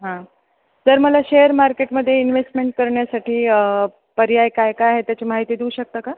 हां सर मला शेअर मार्केटमध्ये इन्व्हेस्टमेंट करण्यासाठी पर्याय काय काय आहे त्याची माहिती देऊ शकता का